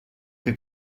que